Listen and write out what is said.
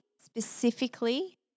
specifically